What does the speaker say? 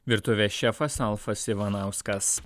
virtuvės šefas alfas ivanauskas